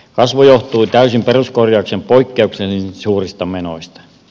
kasvu johtui täysin peruskorjauksen poikkeuksellisen suurista menoista